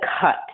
cut